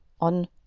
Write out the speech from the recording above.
on